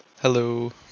Hello